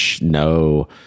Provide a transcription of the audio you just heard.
no